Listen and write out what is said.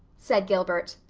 said gilbert,